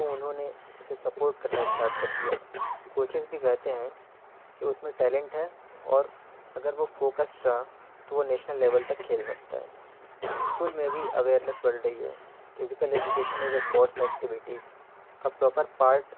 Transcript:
تو انہوں نے اسے سپورٹ کرنا اسٹارٹ کر دیا کوچز بھی کہتے ہیں کہ اس میں ٹیلنٹ ہے اور اگر وہ فوکسڈ رہا تو وہ نیشنل لیول تک کھیل سکتا ہے اسکول میں بھی اویئرنیس بڑھ رہی ہے فزیکل ایجوکیشن اور اسپورٹس ایکٹیویٹیز کا پراپر پارٹ